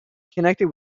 connected